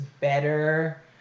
better